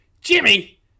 Jimmy